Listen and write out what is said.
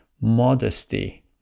modesty